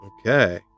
Okay